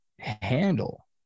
handle